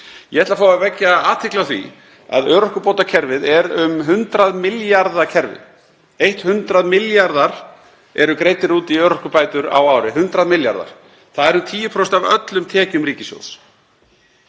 Ég ætla að fá að vekja athygli á því að örorkubótakerfið er um 100 milljarða kerfi. 100 milljarðar eru greiddir út í örorkubætur á ári, 100 milljarðar. Það er um 10% af öllum tekjum ríkissjóðs